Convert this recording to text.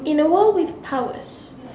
in a world with powers